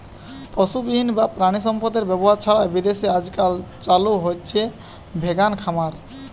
পশুবিহীন বা প্রাণিসম্পদএর ব্যবহার ছাড়াই বিদেশে আজকাল চালু হইচে ভেগান খামার